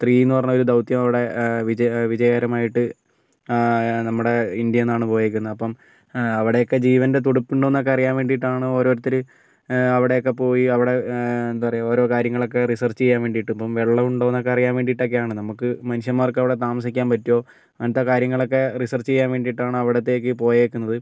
three എന്ന് പറയുന്ന ഒരു ദൗത്യം അവിടെ വിജയ വിജയകരമായിട്ട് നമ്മുടെ ഇന്ത്യയിൽ നിന്നാണ് പോയിരിക്കുന്നത് അപ്പം അവിടെയൊക്കെ ജീവൻ്റെ തുടിപ്പ് ഉണ്ടോയെന്ന് ഒക്കെ അറിയാൻ വേണ്ടിയിട്ടാണ് ഓരോരുത്തർ അവിടെ ഒക്കെ പോയി അവിടെ എന്താ പറയുക ഓരോ കാര്യങ്ങളൊക്കെ റിസേർച്ച് ചെയ്യാൻ വേണ്ടിയിട്ട് ഇപ്പം വെള്ളം ഉണ്ടോയെന്ന് ഒക്കെ അറിയാൻ വേണ്ടിയിട്ടൊക്കെ ആണ് നമുക്ക് മനുഷ്യന്മാർക്ക് അവിടെ താമസിക്കാൻ പറ്റുമോ അങ്ങനത്തെ കാര്യങ്ങൾ ഒക്കെ റിസേർച്ച് ചെയ്യാൻ വേണ്ടിയിട്ടാണ് അവിടത്തേക്ക് പോയിരിക്കുന്നത്